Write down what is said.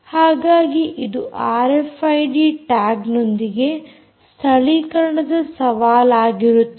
ಹಾಗಾಗಿ ಅದು ಆರ್ಎಫ್ಐಡಿ ಟ್ಯಾಗ್ನೊಂದಿಗೆ ಸ್ಥಳೀಕರಣದ ಸವಾಲು ಆಗಿರುತ್ತದೆ